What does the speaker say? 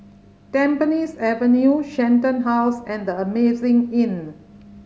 Tampines Avenue Shenton House and The Amazing Inn